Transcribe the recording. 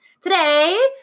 Today